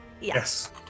Yes